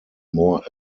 more